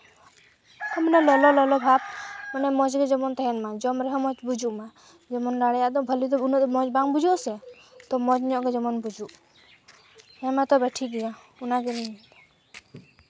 ᱢᱟᱱᱮ ᱞᱚᱼᱞᱚ ᱵᱷᱟᱵᱽ ᱢᱟᱱᱮ ᱢᱚᱡ ᱜᱮ ᱡᱮᱢᱚᱱ ᱛᱟᱦᱮᱱ ᱢᱟ ᱡᱚᱢ ᱨᱮᱦᱚᱸ ᱢᱚᱡᱽ ᱵᱩᱡᱩᱜ ᱢᱟ ᱡᱮᱢᱚᱱ ᱞᱟᱲᱮᱡᱟᱜ ᱫᱚ ᱵᱷᱟᱹᱞᱤ ᱜᱮ ᱩᱱᱟᱹᱜ ᱢᱚᱡᱽ ᱵᱟᱝ ᱵᱩᱡᱩᱜᱼᱟ ᱥᱮ ᱛᱚ ᱢᱚᱡᱽ ᱜᱮ ᱡᱮᱢᱚᱱ ᱵᱩᱡᱩᱜ ᱦᱮᱸᱢᱟ ᱛᱚᱵᱮ ᱴᱷᱚᱠᱜᱮᱭᱟ ᱚᱱᱟᱜᱤᱞᱤᱧ ᱞᱟᱹᱭᱮᱫᱟ